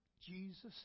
Jesus